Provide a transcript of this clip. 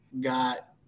got